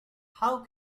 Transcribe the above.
how